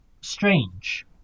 strange